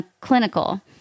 clinical